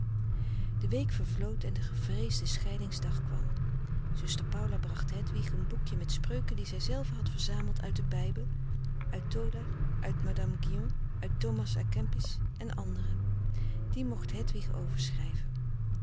de week vervlood en de gevreesde scheidingsdag kwam zuster paula bracht hedwig een boekje met spreuken die zij zelve had verzameld uit den bijbel uit tauler uit madame guyon uit thomas à kempis en anderen die mocht hedwig overschrijven